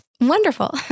Wonderful